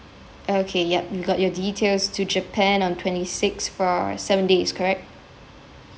okay yup got your details to japan on twenty six for seven days correct